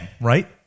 right